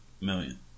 million